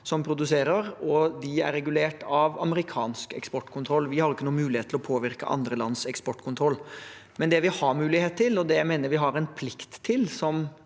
som produserer våpen, og de er regulert av amerikansk eksportkontroll. Vi har ingen mulighet til å påvirke andre lands eksportkontroll. Men det vi har mulighet til, og som jeg mener vi har en plikt til